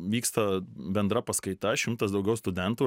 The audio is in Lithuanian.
vyksta bendra paskaita šimtas daugiau studentų